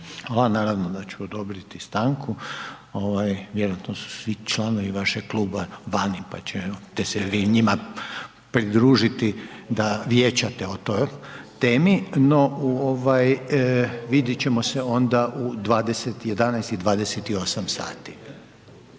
Naravno da ću odobriti stanku, vjerovatno su svi članovi vašeg kluba vani pa će et se vi njima pridružiti da vijećate o toj temi no vidit ćemo se onda u 11 i 28 sati.